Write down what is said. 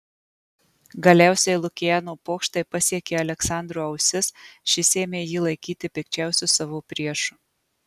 galiausiai lukiano pokštai pasiekė aleksandro ausis šis ėmė jį laikyti pikčiausiu savo priešu